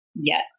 Yes